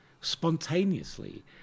spontaneously